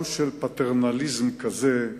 גם של פטרנליזם כזה,